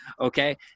Okay